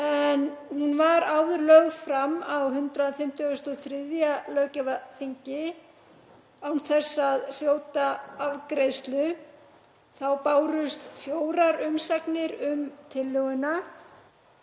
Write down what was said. Hún var áður lögð fram á 153. löggjafarþingi án þess að hljóta afgreiðslu. Þá bárust fjórar umsagnir um tillöguna,